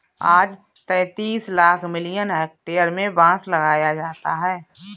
आज तैंतीस lakh million hectare में बांस लगाया जाता है